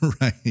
right